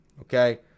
okay